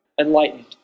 enlightened